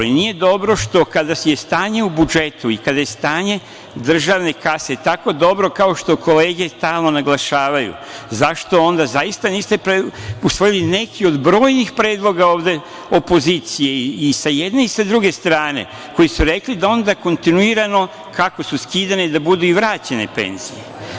Nije dobro što kada je stanje u budžetu i kada je stanje državne kase tako dobro kao što kolege stalno naglašavaju, zašto onda zaista niste usvojili neke od brojnih predloga ovde opozicije i sa jedne i sa druge strane, koji su rekli da onda kontinuirano kako su skidane da budu i vraćene penzije.